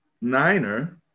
Niner